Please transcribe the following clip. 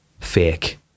fake